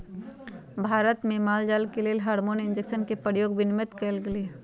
भारत में माल जाल के लेल हार्मोन इंजेक्शन के प्रयोग विनियमित कएल गेलई ह